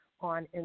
on